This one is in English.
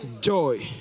Joy